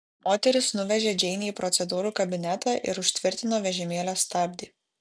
moteris nuvežė džeinę į procedūrų kabinetą ir užtvirtino vežimėlio stabdį